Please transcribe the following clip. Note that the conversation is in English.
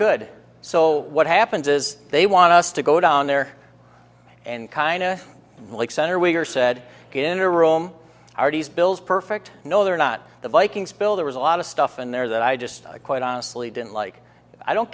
good so what happens is they want us to go down there and kind of like senator we are said in a room are these bills perfect no they're not the vikings bill there was a lot of stuff in there that i just quite honestly didn't like i don't